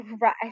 Right